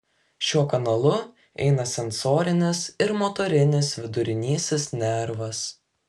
šiuo kanalu eina sensorinis ir motorinis vidurinysis nervas